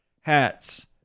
hats